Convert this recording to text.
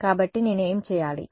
కాబట్టి నేను ఏమి చేయాలి